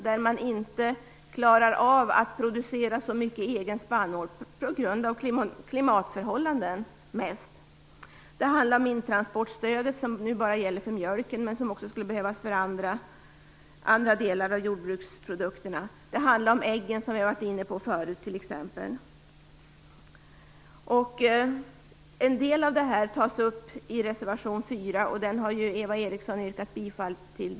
Man klarar inte av att producera så mycket egen spannmål, till stor del på grund av klimatförhållanden. Det handlar om intransportstödet, som nu bara gäller för mjölken men som också skulle behövas för andra jordbruksprodukter. Det handlar om äggen, som vi var inne på förut t.ex. En del av detta tas upp i reservation 4, som Eva Eriksson har yrkat bifall till.